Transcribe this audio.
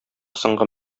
соңгы